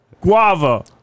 Guava